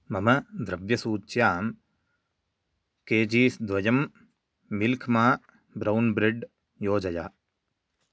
मम द्रव्यसूच्यां केजीस् द्वयं मिल्क् मा ब्रौन् ब्रेड् योजय